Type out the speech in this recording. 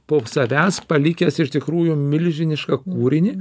po savęs palikęs iš tikrųjų milžinišką kūrinį